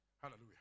Hallelujah